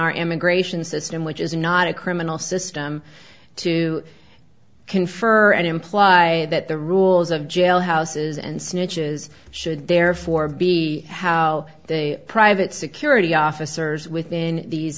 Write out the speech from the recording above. our immigration system which is not a criminal system to confer and imply that the rules of jail houses and snitches should therefore be how they private security officers within these